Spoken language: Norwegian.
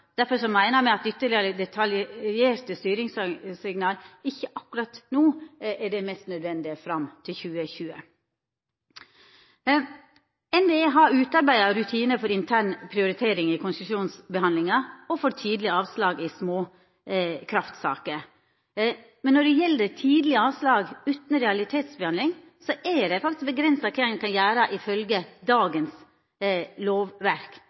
meiner me at ytterlegare detaljerte styringssignal ikkje akkurat no er det mest nødvendige fram til 2020. NVE har utarbeidd rutinar for intern prioritering i konsesjonsbehandlinga og for tidleg avslag i småkraftsaker. Når det gjeld tidleg avslag utan realitetsbehandling, er det faktisk avgrensa kva ein kan gjera, ifølgje dagens lovverk. Eg er einig i